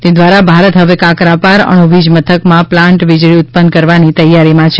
તે દ્વારા ભારત હવે કાકરાપાર અણુ વીજ મથકમાં પ્લાન્ટ વીજળી ઉત્પન્ન કરવાની તૈયારીમાં છે